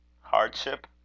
Hardship